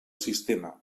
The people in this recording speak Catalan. sistema